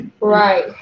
Right